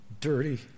dirty